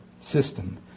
system